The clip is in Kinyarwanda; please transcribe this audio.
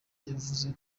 yavuze